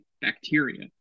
bacteria